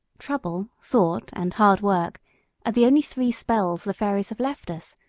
trouble, thought, and hard work are the only three spells the fairies have left us,